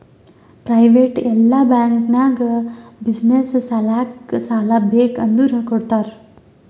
private ಇಲ್ಲಾ bank ನಾಗ್ business ಸಲ್ಯಾಕ್ ಸಾಲಾ ಬೇಕ್ ಅಂದುರ್ ಕೊಡ್ತಾರ್